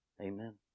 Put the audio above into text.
Amen